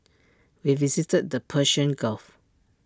we visited the Persian gulf